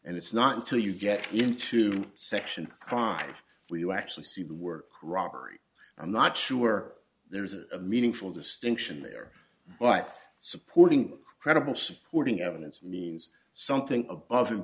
and it's not until you get into section chronic where you actually see the word robbery i'm not sure there is a meaningful distinction there but supporting credible supporting evidence means something above and